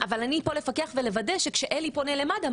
אבל אני פה לפקח ולוודא שכשאלי פונה למד"א,